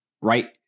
Right